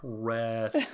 press